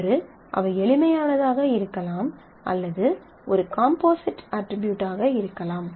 ஒன்று அவை எளிமையானதாக இருக்கலாம் அல்லது ஒரு காம்போசிட் அட்ரிபியூட் ஆக இருக்கலாம்